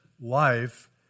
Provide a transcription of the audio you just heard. life